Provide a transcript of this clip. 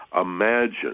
imagine